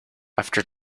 after